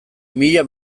mila